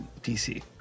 DC